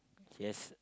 he has